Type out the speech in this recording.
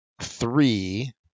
three